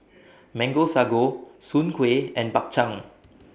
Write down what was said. Mango Sago Soon Kueh and Bak Chang